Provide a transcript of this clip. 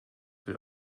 will